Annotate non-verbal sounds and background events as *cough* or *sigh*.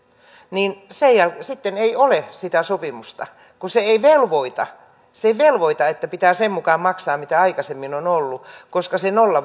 niin sitten ei ole sitä sopimusta kun se ei velvoita se ei velvoita että pitää sen mukaan maksaa mitä aikaisemmin on ollut koska se nolla *unintelligible*